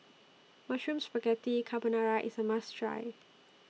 Mushroom Spaghetti Carbonara IS A must Try